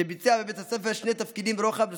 שביצע בבית הספר שני תפקידי רוחב נוספים,